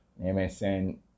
MSN